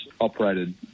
operated